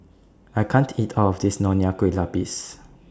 I can't eat All of This Nonya Kueh Lapis